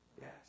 Yes